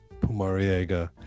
Pumariega